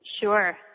Sure